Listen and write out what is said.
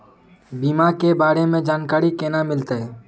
बीमा के बारे में जानकारी केना मिलते?